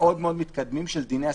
מאוד מאוד מתקדמים של דיני הסיכול.